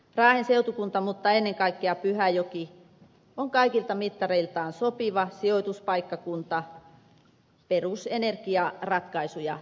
raahen seutukunta mutta ennen kaikkea pyhäjoki on kaikilta mittareiltaan sopiva sijoituspaikkakunta perusenergiaratkaisuja tehtäessä